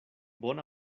bona